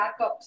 backups